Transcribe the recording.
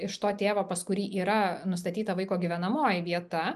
iš to tėvo pas kurį yra nustatyta vaiko gyvenamoji vieta